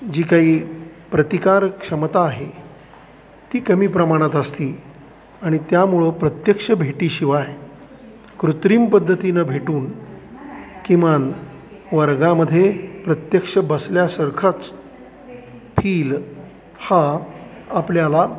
जी काही प्रतिकार क्षमता आहे ती कमी प्रमाणात असती आणि त्यामुळं प्रत्यक्ष भेटीशिवाय कृत्रिम पद्धतीनं भेटून किमान वर्गामध्ये प्रत्यक्ष बसल्यासारखाच फील हा आपल्याला